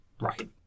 Right